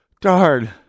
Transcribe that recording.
darn